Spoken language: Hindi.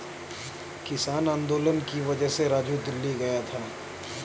किसान आंदोलन की वजह से राजू दिल्ली गया था